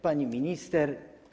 Pani Minister!